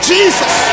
Jesus